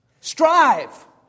strive